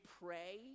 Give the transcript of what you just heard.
pray